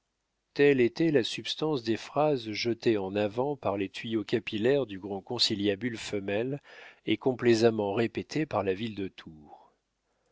telle était la substance des phrases jetées en avant par les tuyaux capillaires du grand conciliabule femelle et complaisamment répétées par la ville de